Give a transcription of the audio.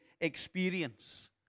experience